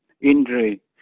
injury